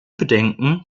bedenken